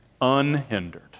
unhindered